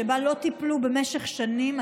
שבו לא טיפלו במשך שנים,